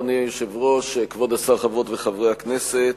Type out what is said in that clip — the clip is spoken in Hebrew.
אדוני היושב-ראש, כבוד השר, חברות וחברי הכנסת,